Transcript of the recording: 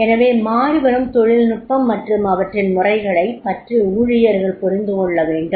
எனவே மாறிவரும் தொழில்நுட்பம் மற்றும் அவற்றின் முறைகளைப் பற்றிஊழியர்கள் புரிந்து கொள்ள வேண்டும்